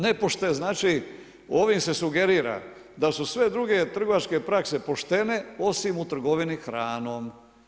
Nepošten znači ovim se sugerira da su sve druge trgovačke praske poštene osim u trgovini hranom.